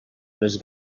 les